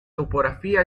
topografía